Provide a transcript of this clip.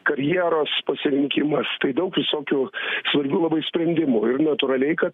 karjeros pasirinkimas tai daug visokių svarbių labai sprendimų ir natūraliai kad